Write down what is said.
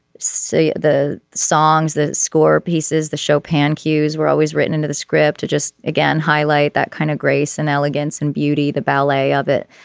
see the songs the score pieces the show pan cues were always written into the script just again highlight that kind of grace and elegance and beauty the ballet of it.